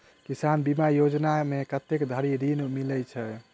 किसान बीमा योजना मे कत्ते धरि ऋण मिलय छै?